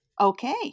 Okay